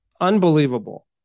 unbelievable